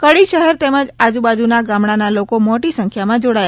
કડી શહેર તેમજ આજુ બાજુના ગામડાનાં લોકો માટી સંખ્યામાં જોડાયા હતી